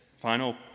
final